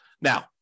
Now